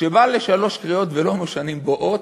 שבא לשלוש קריאות ולא משנים בו אות?